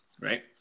right